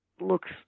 looks